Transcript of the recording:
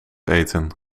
eten